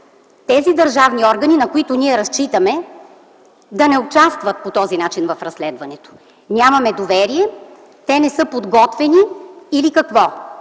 тези държавни органи, на които ние разчитаме, да не участват по този начин в разследването – нямаме доверие, те не са подготвени или какво?